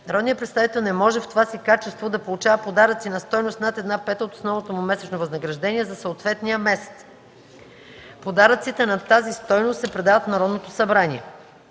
Народният представител не може в това си качество да получава подаръци на стойност над една пета от основното му месечно възнаграждение за съответния месец. Подаръците над тази стойност се предават в Народното събрание.